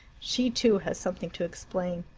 she, too, has something to explain.